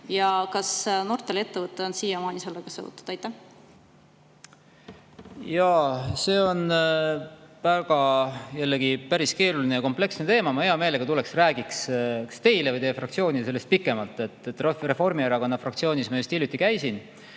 Ja kas Nortali ettevõte on siiamaani sellega seotud? Jaa, see on jällegi päris keeruline ja kompleksne teema. Ma hea meelega tuleks ja räägiks kas teile või teie fraktsioonile sellest pikemalt. Reformierakonna fraktsioonis ma just hiljuti käisin.